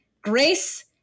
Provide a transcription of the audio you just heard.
Grace